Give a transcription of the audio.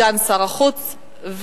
ישיב על ההצעות לסדר-היום סגן שר החוץ.